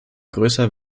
größer